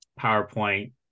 PowerPoint